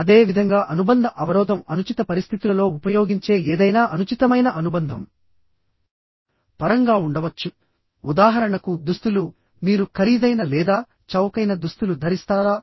అదే విధంగా అనుబంధ అవరోధం అనుచిత పరిస్థితులలో ఉపయోగించే ఏదైనా అనుచితమైన అనుబంధం పరంగా ఉండవచ్చు ఉదాహరణకు దుస్తులు మీరు ఖరీదైన లేదా చౌకైన దుస్తులు ధరిస్తారా